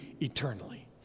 eternally